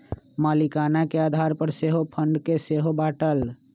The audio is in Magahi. मलीकाना के आधार पर सेहो फंड के सेहो बाटल